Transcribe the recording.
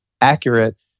accurate